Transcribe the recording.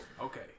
Okay